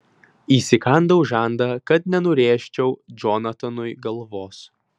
įsikandau žandą kad nenurėžčiau džonatanui galvos